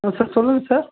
ஆ sir சொல்லுங்க sir